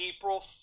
April